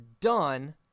done